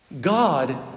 God